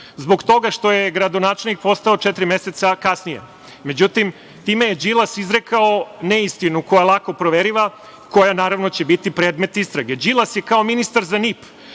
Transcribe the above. zbog toga što je gradonačelnik postao četiri meseca kasnije. Međutim, time je Đilas izrekao neistinu koja je lako proverljiva, koja naravno će biti predmet istrage. Đilas je kao ministar za NIP